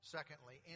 Secondly